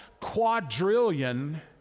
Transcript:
quadrillion